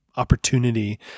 opportunity